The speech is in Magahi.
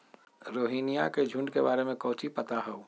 रोहिनया के झुंड के बारे में कौची पता हाउ?